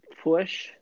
push